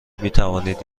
میتوانید